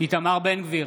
איתמר בן גביר,